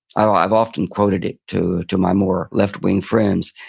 i've often quoted it to to my more left-wing friends,